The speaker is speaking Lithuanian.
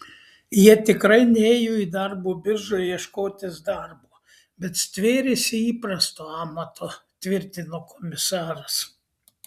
jie tikrai nėjo į darbo biržą ieškotis darbo bet stvėrėsi įprasto amato tvirtino komisaras